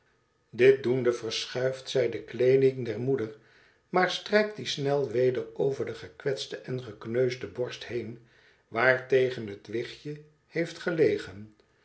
dit doende verschuift zij de kleeding der moeder maar strijkt die snel weder over de gekwetste en gekneusde borst heen waartegen het wichtje heeft gelegen